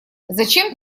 зачем